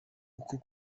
uko